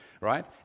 right